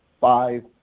five